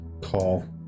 call